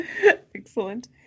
Excellent